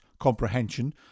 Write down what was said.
comprehension